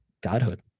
godhood